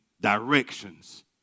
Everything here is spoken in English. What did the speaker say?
directions